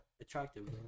attractive